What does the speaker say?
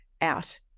out